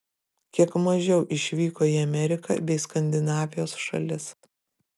kiek mažiau išvyko į ameriką bei skandinavijos šalis